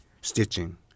stitching